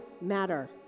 matter